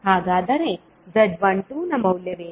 ಹಾಗಾದರೆ Z12 ನ ಮೌಲ್ಯವೇನು